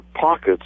pockets